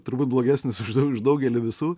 turbūt blogesnis už daugelį visų